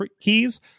Keys